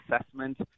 assessment